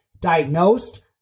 diagnosed